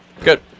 Good